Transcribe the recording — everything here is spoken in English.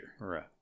Right